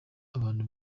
abantu